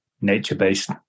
nature-based